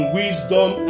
wisdom